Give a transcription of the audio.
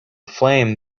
flame